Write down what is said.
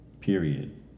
Period